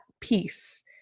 peace